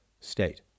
state